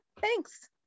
thanks